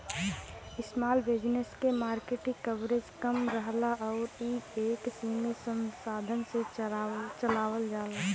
small business क market coverage कम रहला आउर इ एक सीमित संसाधन से चलावल जाला